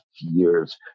years